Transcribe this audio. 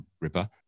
ripper